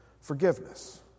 forgiveness